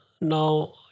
now